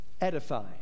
edify